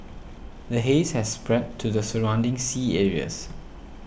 the haze has spread to the surrounding sea areas